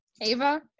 Ava